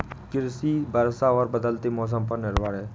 कृषि वर्षा और बदलते मौसम पर निर्भर है